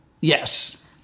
Yes